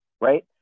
Right